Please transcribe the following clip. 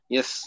Yes